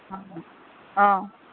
ᱚ